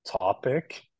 topic